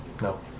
No